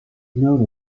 known